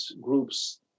groups